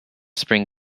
spring